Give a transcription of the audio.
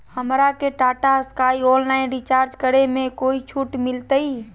हमरा के Tata Sky online recharge करे में कोई छूट मिलतई